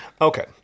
Okay